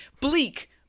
Bleak